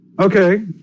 Okay